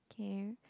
okay